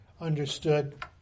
understood